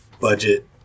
budget